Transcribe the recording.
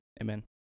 Amen